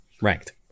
Ranked